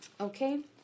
Okay